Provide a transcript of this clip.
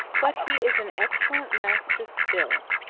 but he is an excellent master still,